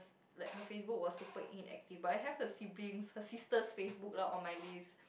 like her Facebook was super inactive but I have her sibling's her sister's Facebook lah on my list